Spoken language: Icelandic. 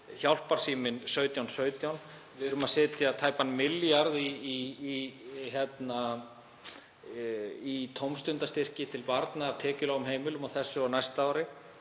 hjálparsíminn 1717. Við erum að setja tæpan milljarð í tómstundastyrki til barna af tekjulágum heimilum á þessu ári